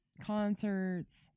concerts